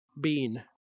bean